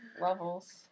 levels